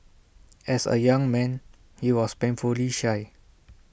as A young man he was painfully shy